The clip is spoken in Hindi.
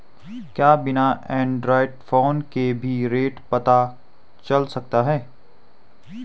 क्या बिना एंड्रॉयड फ़ोन के भी रेट पता चल सकता है?